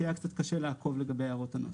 כי היה קצת קשה לעקוב אחרי הערות הנוסח.